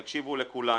תקשיבו לכולנו,